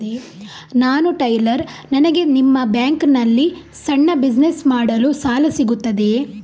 ನಾನು ಟೈಲರ್, ನನಗೆ ನಿಮ್ಮ ಬ್ಯಾಂಕ್ ನಲ್ಲಿ ಸಣ್ಣ ಬಿಸಿನೆಸ್ ಮಾಡಲು ಸಾಲ ಸಿಗುತ್ತದೆಯೇ?